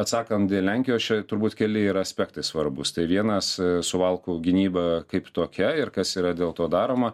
atsakant dėl lenkijos čia turbūt keli yra aspektai svarbūs tai vienas suvalkų gynyba kaip tokia ir kas yra dėl to daroma